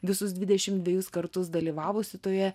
visus dvejus kartus dalyvavusi toje